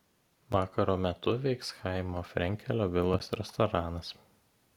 vakaro metu veiks chaimo frenkelio vilos restoranas